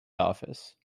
office